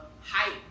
hype